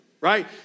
right